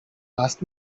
asked